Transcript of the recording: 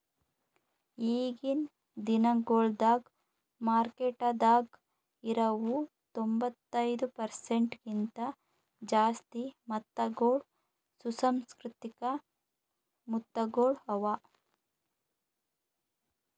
ಈಗಿನ್ ದಿನಗೊಳ್ದಾಗ್ ಮಾರ್ಕೆಟದಾಗ್ ಇರವು ತೊಂಬತ್ತೈದು ಪರ್ಸೆಂಟ್ ಕಿಂತ ಜಾಸ್ತಿ ಮುತ್ತಗೊಳ್ ಸುಸಂಸ್ಕೃತಿಕ ಮುತ್ತಗೊಳ್ ಅವಾ